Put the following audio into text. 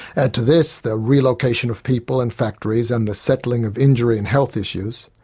add to this the relocation of people and factories and the settling of injury and health issues,